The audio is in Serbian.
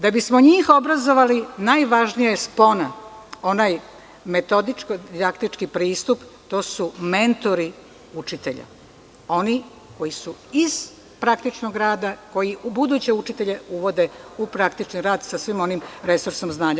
Da bi smo njih obrazovali najvažnija je spona, onaj metodično didaktički pristup, a to su mentori učitelji, oni koji su iz praktičnog rada, koji buduće učitelje uvode u praktični rad sa svim onim resursom znanja.